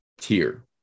tier